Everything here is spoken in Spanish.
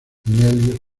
nellie